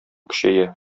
көчәя